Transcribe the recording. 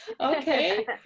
okay